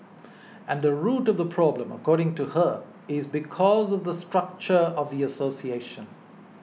and the root of the problem according to her is because of the structure of the association